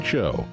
Show